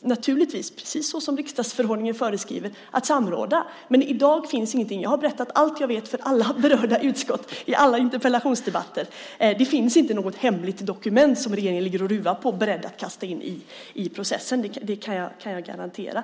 naturligtvis, precis så som riksdagsförordningen föreskriver, att samråda. Men i dag finns det inget att samråda om. Jag har berättat allt jag vet för alla berörda utskott och i alla interpellationsdebatter. Det finns inte något hemligt dokument som regeringen ligger och ruvar på, berett att kasta in i processen; det kan jag garantera.